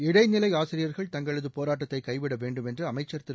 இடைநிலை ஆசியர்கள் தங்களது போராட்டத்தை கைவிட வேண்டும் என்று அமைச்சர் திரு